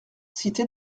cité